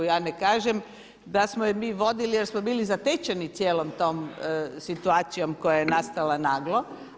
Ja ne kažem da smo je mi vodili jer smo bili zatečeni cijelom tom situacijom koja je nastala naglo.